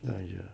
ya ya